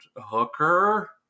hooker